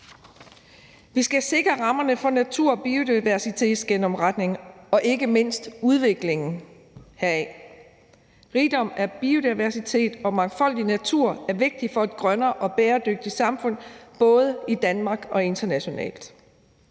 Vi skal sikre rammerne for natur- og biodiversitetsgenopretning og ikke mindst udviklingen heraf. Rigdom af biodiversitet og mangfoldig natur er vigtigt for et grønnere og mere bæredygtigt samfund, både i Danmark og internationalt.